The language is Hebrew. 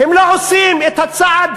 הם לא עושים את הצעד